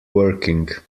working